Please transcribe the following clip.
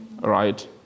right